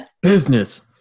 Business